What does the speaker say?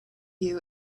you